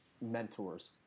mentors